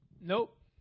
Nope